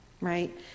right